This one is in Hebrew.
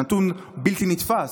זה נתון בלתי נתפס,